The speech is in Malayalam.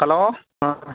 ഹലോ ആ